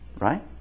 right